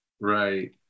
Right